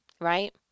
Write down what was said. Right